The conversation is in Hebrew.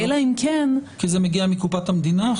כי זה מגיע מקופת המדינה?